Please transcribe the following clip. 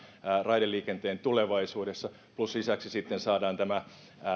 raideliikenteen tulevaisuudessa plus lisäksi sitten saadaan